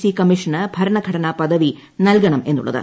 C കമ്മീഷന് ഭരണ ഘടന പദവി നൽകണമെന്നുള്ളത്